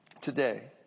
Today